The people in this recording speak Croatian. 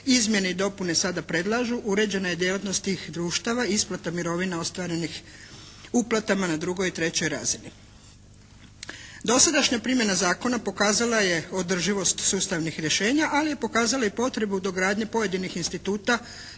izmjene i dopune sada predlažu uređena je djelatnost tih društava i isplata mirovina ostvarenih uplatama na drugoj i trećoj razini. Dosadašnja primjena zakona pokazala je održivost sustavnih rješenja, ali je pokazala i potrebu dogradnje pojedinih instituta